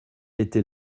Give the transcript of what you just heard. était